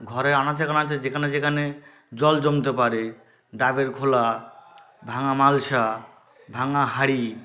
ঘরে আনাচে কানাচে যেখানে যেখানে জল জমতে পারে ডাবের খোলা ভাঙা মালসা ভাঙা হাঁড়ি